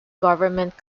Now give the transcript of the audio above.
government